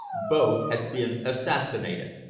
both had been assassinated!